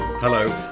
Hello